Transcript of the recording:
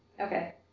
Okay